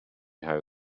how